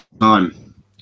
time